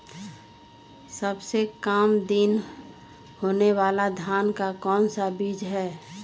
सबसे काम दिन होने वाला धान का कौन सा बीज हैँ?